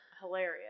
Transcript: hilarious